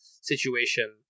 situation